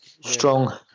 strong